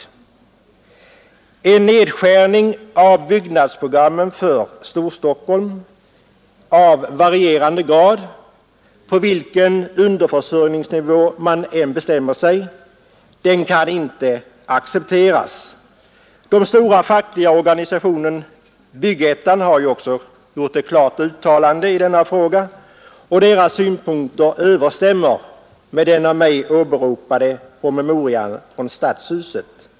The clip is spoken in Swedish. Ingen nedskärning av byggnadsprogrammet för Storstockholm — detta gäller på vilken underförsörjningsnivå man än vill lägga det — kan accepteras. Den stora fackliga organisationen Byggettan har ju också gjort ett klart uttalande i denna fråga, och dess synpunkter överensstämmer med den av mig åberopade promemorian från Stadshuset.